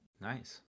nice